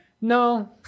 no